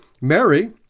Mary